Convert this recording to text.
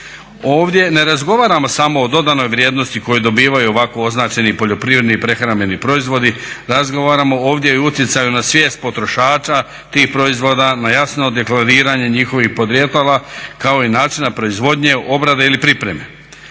Ovdje ne razgovaramo samo o dodanoj vrijednosti koju dobivaju ovako označeni poljoprivredni i prehrambeni proizvodi, razgovaramo ovdje i o utjecaju na svijest potrošača tih proizvoda na jasno deklariranje njihovih podrijetala kao i načina proizvodnje, obrade ili pripreme.